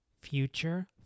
future